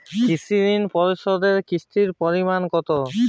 কৃষি ঋণ পরিশোধের কিস্তির পরিমাণ কতো?